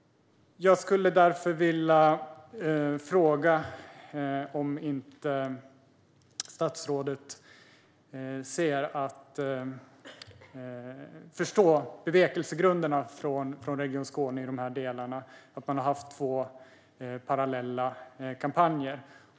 Jag skulle därför vilja fråga om inte statsrådet förstår bevekelsegrunderna från Region Skåne i dessa delar - att man har haft två parallella kampanjer.